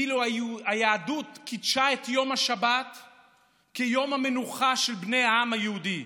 ואילו היהדות קידשה את יום השבת כיום המנוחה של בני העם היהודי.